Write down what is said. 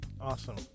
Awesome